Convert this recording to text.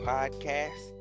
Podcast